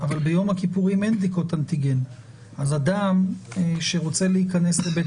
אבל ביום הכיפורים אין בדיקות אנטיגן אז אדם שרוצה להיכנס לבית